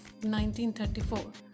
1934